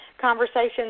conversations